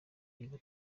iba